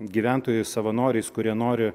gyventojais savanoriais kurie nori